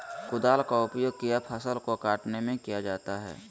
कुदाल का उपयोग किया फसल को कटने में किया जाता हैं?